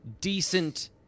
decent